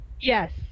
Yes